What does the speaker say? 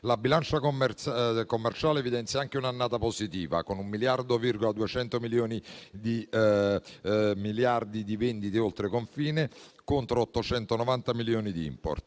La bilancia commerciale evidenzia anche un'annata positiva, con un 1,2 miliardi di vendite oltreconfine contro 890 milioni di *import*